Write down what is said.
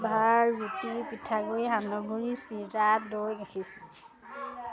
ভাত ৰুটি পিঠাগুড়ি সান্দহগুড়ি চিৰা দৈ গাখীৰ